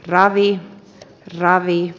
ravi ja kirahvi